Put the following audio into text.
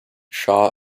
shaw